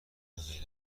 غیرعمدی